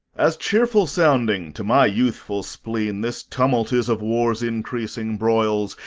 as cheerful sounding to my youthful spleen this tumult is of war's increasing broils,